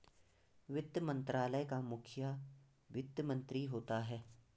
वित्त मंत्रालय का मुखिया वित्त मंत्री होता है